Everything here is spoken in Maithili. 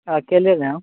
अकेले रहब